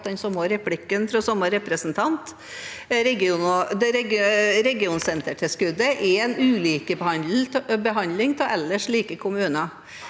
samme replikken fra den samme representanten. Regionsentertilskuddet er en ulikebehandling av ellers like kommuner.